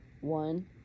One